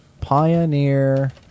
Pioneer